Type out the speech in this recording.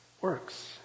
works